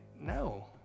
No